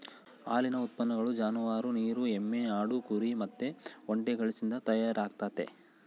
ಹಾಲಿನ ಉತ್ಪನ್ನಗಳು ಜಾನುವಾರು, ನೀರು ಎಮ್ಮೆ, ಆಡು, ಕುರಿ ಮತ್ತೆ ಒಂಟೆಗಳಿಸಿಂದ ತಯಾರಾಗ್ತತೆ